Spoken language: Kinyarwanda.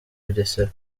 bugesera